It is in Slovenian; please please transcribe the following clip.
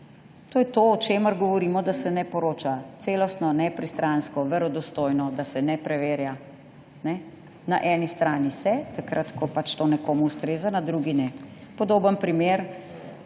To je to, o čemer govorimo, da se ne poroča celostno, nepristransko, verodostojno, da se ne preverja. Na eni strani se, takrat ko pač to nekomu ustreza, na drugi ne. Podoben primer: